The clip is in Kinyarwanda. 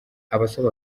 abasaba